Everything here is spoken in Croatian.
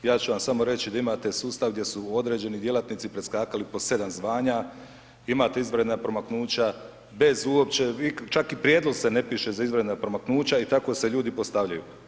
Ja ću vam samo reći da imate sustav gdje su određeni djelatnici preskakali po 7 zvanja, imate izvanredna promaknuća bez uopće vi čak i prijedlog se ne piše za izvanredna promaknuća i tako se ljudi postavljaju.